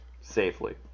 Safely